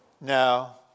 Now